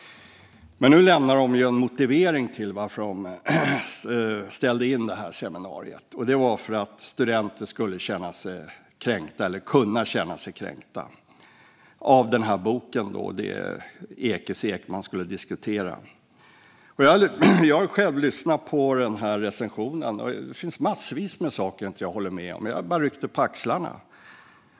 Men här lämnar de en motivering till att de ställde in seminariet, och det var att studenter skulle kunna känna sig kränkta av boken och det Ekis Ekman skulle diskutera. Jag har själv lyssnat på recensionen. Det finns massvis med saker som jag inte håller med om, men jag bara ryckte på axlarna.